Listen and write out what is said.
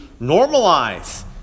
normalize